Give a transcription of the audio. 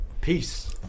Peace